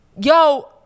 Yo